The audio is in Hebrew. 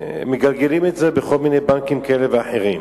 ומגלגלים את זה בכל מיני בנקים כאלה ואחרים.